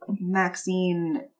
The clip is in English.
maxine